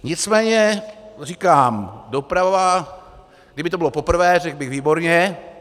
Nicméně říkám, doprava kdyby to bylo poprvé, řekl bych výborně.